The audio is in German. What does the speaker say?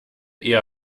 eher